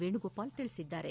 ವೇಣುಗೋಪಾಲ್ ತಿಳಿಸಿದ್ದಾರೆ